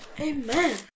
Amen